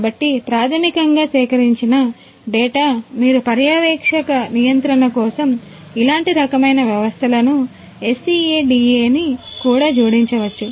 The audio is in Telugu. కాబట్టి ప్రాథమికంగా సేకరించిన డేటా మీరు పర్యవేక్షక నియంత్రణ కోసం ఇలాంటి రకమైన వ్యవస్థలకు SCADA ని కూడా జోడించవచ్చు